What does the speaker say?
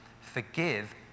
Forgive